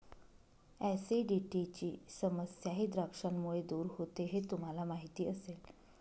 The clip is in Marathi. ऍसिडिटीची समस्याही द्राक्षांमुळे दूर होते हे तुम्हाला माहिती असेल